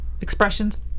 expressions